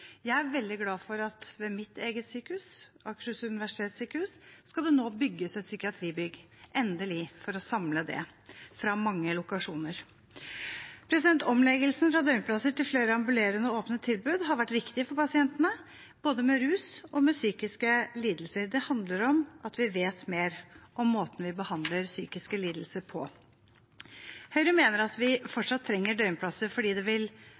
Jeg er veldig glad for at det ved mitt eget sykehus, Akershus universitetssykehus, nå endelig skal bygges et psykiatribygg for å samle det fra mange lokasjoner. Omleggelsen fra døgnplasser til flere ambulerende, åpne tilbud har vært viktig for pasientene, med tanke på både rus og psykiske lidelser. Det handler om at vi vet mer om måten vi behandler psykiske lidelser på. Høyre mener at vi fortsatt trenger døgnplasser fordi det vil